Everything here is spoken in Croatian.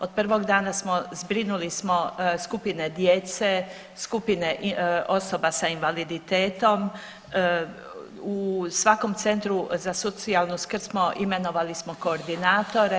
Od prvog dana smo zbrinuli, zbrinuli smo skupine djece, skupine osoba sa invaliditetom, u svakom centru za socijalnu skrb smo imenovali smo koordinatore.